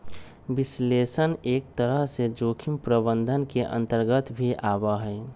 विश्लेषण एक तरह से जोखिम प्रबंधन के अन्तर्गत भी आवा हई